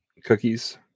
Cookies